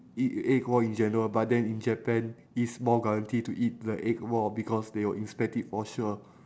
eat a egg raw in general but then in japan it's more guarantee to eat the egg raw because they will inspect it for sure